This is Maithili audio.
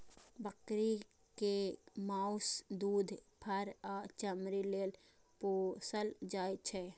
बकरी कें माउस, दूध, फर आ चमड़ी लेल पोसल जाइ छै